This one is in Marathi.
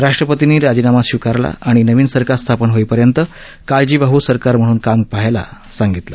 राष्ट्रपतींनी राजीनामा स्वीकारला आणि नवीन सरकार स्थापन होईपर्यंत काळजीवाहू सरकार म्हणून काम पहायला सांगितलं